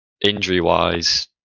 injury-wise